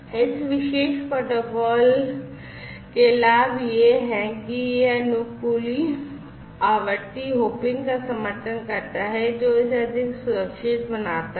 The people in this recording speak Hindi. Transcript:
इस विशेष प्रोटोकॉल के लाभ यह है कि यह अनुकूली आवृत्ति hopping का समर्थन करता है जो इसे अधिक सुरक्षित बनाता है